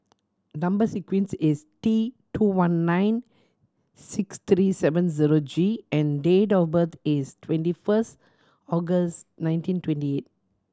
number sequence is T two one nine six three seven zero G and date of birth is twenty first August nineteen twenty eight